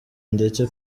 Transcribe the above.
ndetse